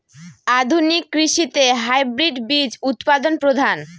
আধুনিক কৃষিতে হাইব্রিড বীজ উৎপাদন প্রধান